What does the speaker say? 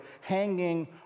hanging